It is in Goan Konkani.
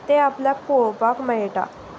तें आपल्याक पळोवपाक मेळटा